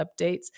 updates